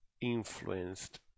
influenced